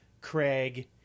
Craig